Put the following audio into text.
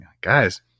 guys